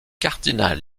cardinal